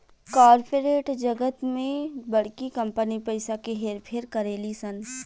corporate जगत में बड़की कंपनी पइसा के हेर फेर करेली सन